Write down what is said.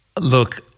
Look